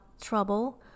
trouble